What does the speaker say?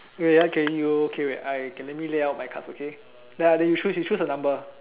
wait ah k you k wait I k let me lay out my cards okay then I let you choose you choose a number